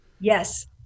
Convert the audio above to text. Yes